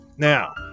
Now